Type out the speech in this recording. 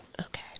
Okay